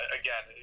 again